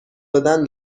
دادن